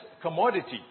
commodity